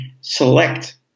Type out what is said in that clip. select